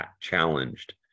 challenged